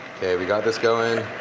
ok, we got this going.